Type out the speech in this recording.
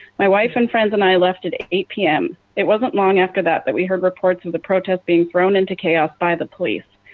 my wife and friends and i left at eight eight p m. it was not long after that that we had reports and of protesters being thrown into chaos by the police.